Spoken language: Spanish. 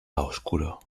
oscuro